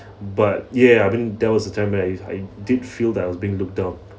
but ya I mean there was a time where I I did feel that I was being looked down